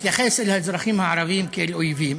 מתייחס אל האזרחים הערבים כאל אויבים